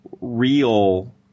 real